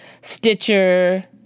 Stitcher